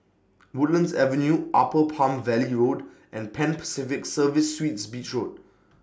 Woodlands Avenue Upper Palm Valley Road and Pan Pacific Serviced Suites Beach Road